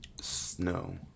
Snow